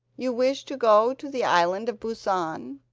you wish to go to the island of busan?